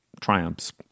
triumphs